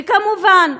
וכמובן,